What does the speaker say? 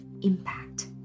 impact